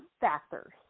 factors